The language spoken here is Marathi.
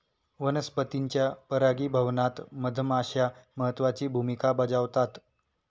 वनस्पतींच्या परागीभवनात मधमाश्या महत्त्वाची भूमिका बजावतात